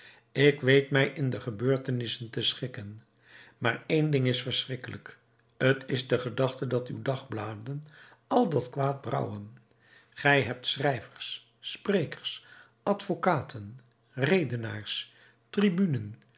ik weet mij in de gebeurtenissen te schikken maar één ding is verschrikkelijk t is de gedachte dat uw dagbladen al dat kwaad brouwen gij hebt schrijvers sprekers advocaten redenaars tribunen